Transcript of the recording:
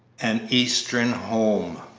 an eastern home